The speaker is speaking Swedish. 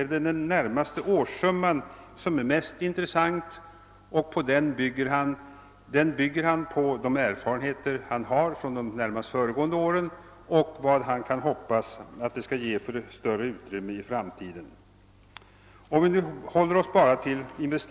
Jo, det anses vara en stor kommunal fadäs om man inte kan klara av att bygga den kvot i lägenheter eller bostadsyta som man fått, men det finns väl ingen av våra medelstora och stora kommuner som till punkt och pricka kan följa programmet.